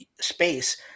space